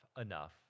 enough